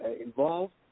involved